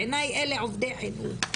בעיניי, אלה עובדי חינוך.